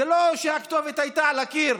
זה לא שהכתובת לא הייתה על הקיר,